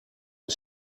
een